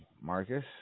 Marcus